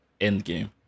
Endgame